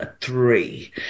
three